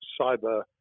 cyber